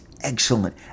excellent